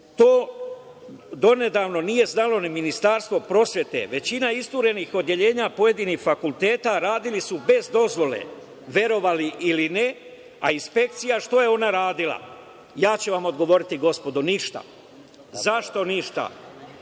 To donedavno nije znalo ni Ministarstvo prosvete. Većina isturenih odeljenja pojedinih fakulteta radila su bez dozvole, verovali ili ne, a inspekcija, šta je ona radila? Ja ću vam odgovoriti, gospodo. Ništa. Zašto ništa?